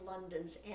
London's